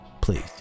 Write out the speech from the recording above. Please